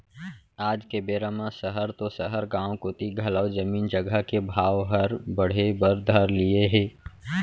आज के बेरा म सहर तो सहर गॉंव कोती घलौ जमीन जघा के भाव हर बढ़े बर धर लिये हे